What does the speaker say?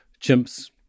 Chimps